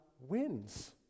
wins